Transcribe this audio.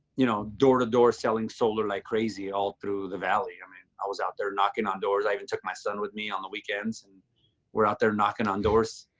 you know, door to door selling solar like crazy all through the valley. i mean, i was out there knocking on doors. i even took my son with me on the weekends and were out there knocking on doors,